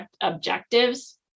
objectives